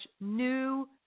new